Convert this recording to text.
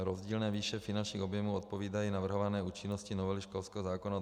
Rozdílné výše finančních objemů odpovídají navrhované účinnosti novely školského zákona od 1. září 2016.